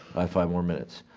five more minutes.